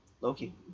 loki